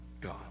God